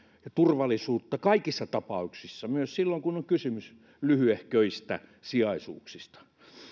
ja turvallisuuttaan kaikissa tapauksissa myös silloin kun on kysymys lyhyehköistä sijaisuuksista